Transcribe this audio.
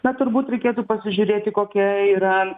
na turbūt reikėtų pasižiūrėti kokia yra